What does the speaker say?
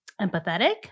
empathetic